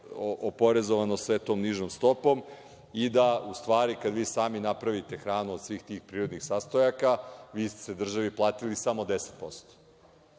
oporezovano svetom nižom stopom i da, u stvari, kad vi sami napravite hranu od svih tih prirodnih sastojaka, vi ste državi platili samo 10%,